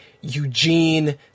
Eugene